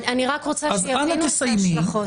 אנא סיימי.